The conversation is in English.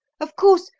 of course,